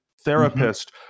therapist